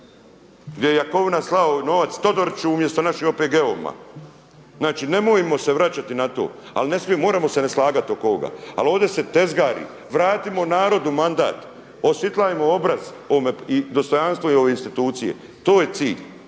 gdje je Jakovina slao novac Todoriću umjesto našim OPG-ovima. Znači nemojmo se vraćati na to. Ali ne smijemo, moramo se neslagati oko ovoga. Ali ovdje se tezgari. Vratimo narodu mandat, osvijetlimo obraz i dostojanstvo ovoj instituciji. To je cilj